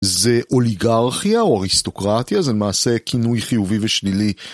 זה אוליגרכיה או אריסטוקרטיה, זה מעשה כינוי חיובי ושלילי.